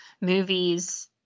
movies